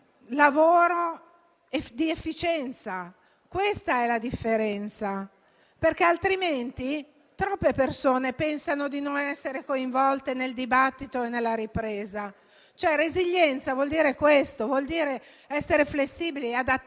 lavoro di efficienza. Questa è la differenza, altrimenti troppe persone pensano di non essere coinvolte nel dibattito e nella ripresa. Resilienza vuol dire essere flessibili e adattarsi,